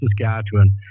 Saskatchewan